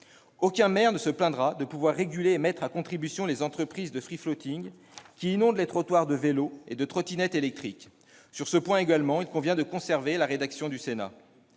Aucun maire ne se plaindra de pouvoir réguler et mettre à contribution les entreprises de, qui inondent les trottoirs de vélos et de trottinettes électriques. Sur ce point également, il convient de conserver la rédaction du Sénat.